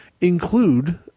include